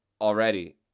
Already